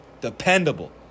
dependable